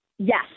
yes